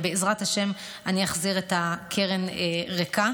ובעזרת השם אני אחזיר את הקרן ריקה.